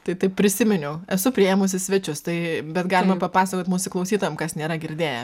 tai taip prisiminiau esu priėmusi svečius tai bet galima papasakoti mūsų klausytojams kas nėra girdėję